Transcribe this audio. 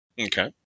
okay